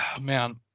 Man